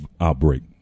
outbreak